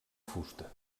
fusta